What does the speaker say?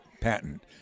patent